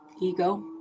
Ego